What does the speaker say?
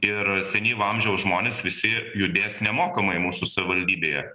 ir senyvo amžiaus žmonės visi judės nemokamai mūsų savivaldybėje